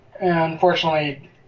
unfortunately